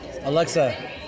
Alexa